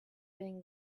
been